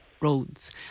roads